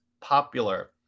popular